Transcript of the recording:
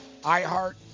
iHeart